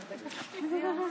בבקשה.